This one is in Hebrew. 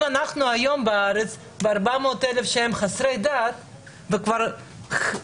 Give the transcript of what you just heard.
יש היום 400,000 חסרי דת בארץ.